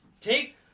Take